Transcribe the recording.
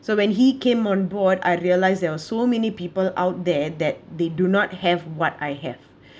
so when he came on board I realise there are so many people out there that they do not have what I have